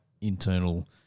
internal